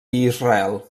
israel